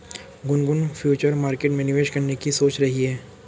Gungun future market में निवेश करने की सोच रही है